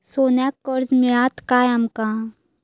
सोन्याक कर्ज मिळात काय आमका?